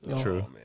True